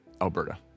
Alberta